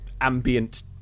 ambient